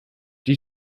die